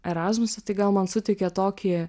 erasmuso tai gal man suteikė tokį